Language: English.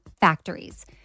factories